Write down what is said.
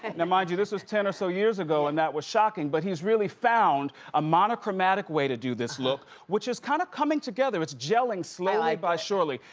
and mind you, this was ten or so years ago, and that was shocking, but he's really found a monochromatic way to do this look, which is kind of coming together. it's gelling, slowly but surely.